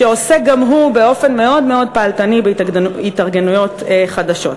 שעוסק גם הוא באופן מאוד מאוד פעלתני בהתארגנויות חדשות.